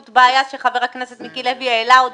זו בעיה שחבר הכנסת מיקי לוי העלה עוד